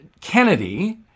Kennedy